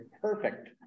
perfect